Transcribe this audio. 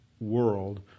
world